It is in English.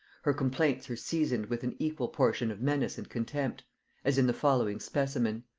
her complaints are seasoned with an equal portion of menace and contempt as in the following specimen.